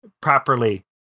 properly